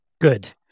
Good